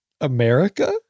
America